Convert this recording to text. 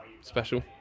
special